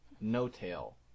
No-Tail